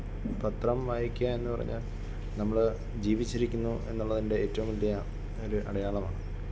പത്രം വായിക്കുക എന്ന് പറഞ്ഞാൽ നമ്മൾ ജീവിച്ചിരിക്കുന്നു എന്നുള്ളതിൻ്റെ ഏറ്റവും വലിയ ഒരു അടയാളമാണ്